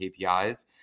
KPIs